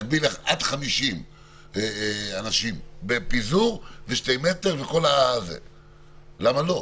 ותגביל עד 50 אנשים בפיזור ושני מטרים, למה לא?